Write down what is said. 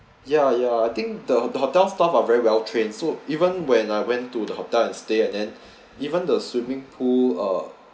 ya ya I think the hotel staff are very well train so even when I went to the hotel and stay and then even the swimming pool uh